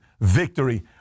victory